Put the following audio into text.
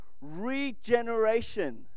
Regeneration